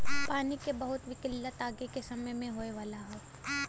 पानी के बहुत किल्लत आगे के समय में होए वाला हौ